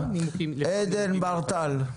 עדן בר טל.